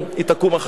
היא תקום מחר.